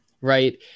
right